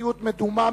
מציאות מדומה,